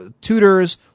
tutors